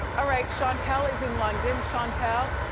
ah right, shantelle is in london. shantelle,